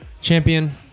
Champion